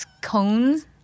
cones